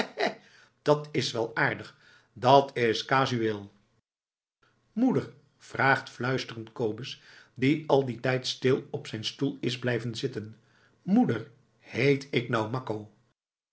dat is wel aardig dat is casuweel moeder vraagt fluisterend kobus die al dien tijd stil op zijn stoel is blijven zitten moeder heet ik nou makko